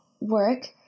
work